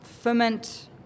ferment